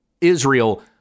Israel